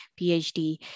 PhD